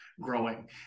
growing